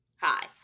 Hi